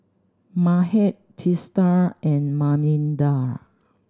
Mahade Teesta and Manindra